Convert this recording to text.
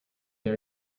they